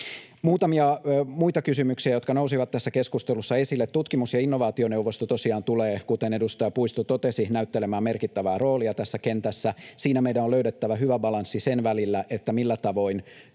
Muutamia muita kysymyksiä, jotka nousivat tässä keskustelussa esille. Tutkimus- ja innovaationeuvosto tulee, kuten edustaja Puisto totesi, näyttelemään merkittävää roolia tässä kentässä. Siinä meidän on löydettävä hyvä balanssi sen välillä, millä tavoin